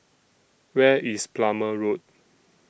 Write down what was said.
Where IS Plumer Road